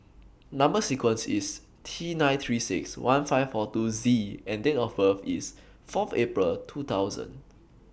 Number sequence IS T nine three six one five four two Z and Date of birth IS Fourth April two thousand